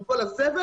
עם כל הזבל,